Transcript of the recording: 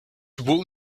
wool